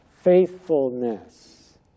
Faithfulness